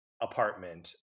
apartment